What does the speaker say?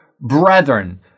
brethren